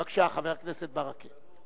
בבקשה, חבר הכנסת ברכה.